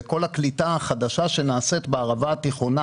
כל הקליטה החדשה שנעשית בערבה התיכונה